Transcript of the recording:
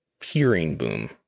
Peeringboom